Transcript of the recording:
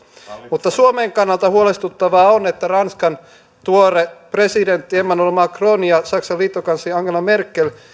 mutta suomen kannalta huolestuttavaa on että ranskan tuore presidentti emmanuel macron ja saksan liittokansleri angela merkel